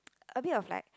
a bit of like